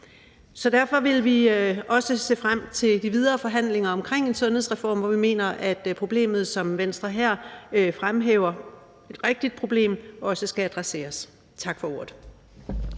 Så derfor vil vi også se frem til de videre forhandlinger om en sundhedsreform, hvor vi mener, at problemet, som Venstre her fremhæver, er et rigtigt problem, som også skal adresseres. Tak for ordet.